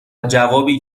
جوابی